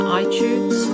iTunes